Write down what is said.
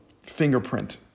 fingerprint